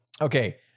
okay